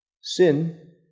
Sin